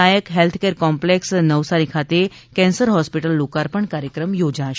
નાયક healthcare કોમ્પ્લેક્સનવસારી ખાતે cancer hospital લોકાર્પણ કાર્યક્રમ યોજાશે